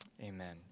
Amen